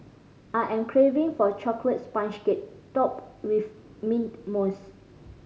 I am craving for a chocolate sponge cake topped with mint mousse